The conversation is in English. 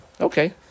Okay